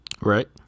right